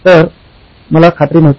तर मला खात्री नव्हती